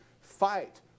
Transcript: fight